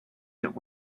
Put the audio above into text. that